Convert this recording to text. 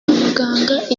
muganga